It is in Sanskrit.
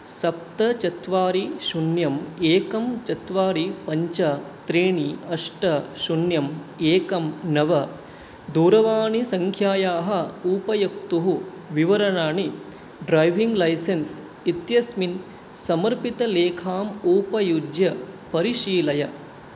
सप्त चत्वारि शून्यम् एकं चत्वारि पञ्च त्रीणि अष्ट शून्यम् एकं नव दूरवाणीसङ्ख्यायाः उपयोक्तुः विवरणानि ड्रैविङ्ग् लैसेन्स् इत्यस्मिन् समर्पितलेखाम् उपयुज्य परिशीलय